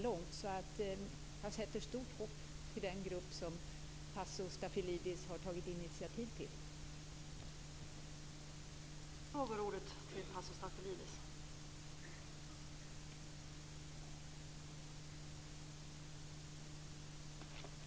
Därför sätter jag stort hopp till den grupp som Tasso Stafilidis har tagit initiativ till att bilda.